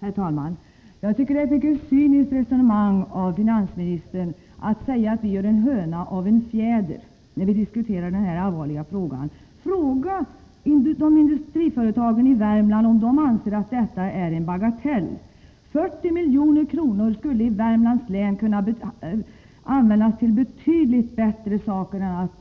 Herr talman! Jag tycker att finansministern för ett mycket cyniskt resonemang när han i vår diskussion om denna allvarliga fråga säger att vi gör en höna av en fjäder. Fråga industriföretagare i Värmland om de anser att detta är en bagatell! 40 milj.kr. skulle i Värmland kunna användas på ett betydligt bättre sätt än att